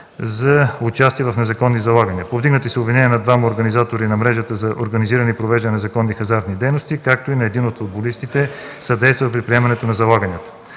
за участие в незаконни залагания. Повдигнати са обвинения на двама организатори на мрежата за организиране и провеждане на незаконни хазартни дейности, както и на един от футболистите, съдействал при приемането на залаганията.